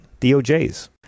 DOJ's